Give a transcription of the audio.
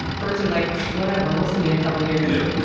birds are like, whatever. we'll see you in a couple of years. yup.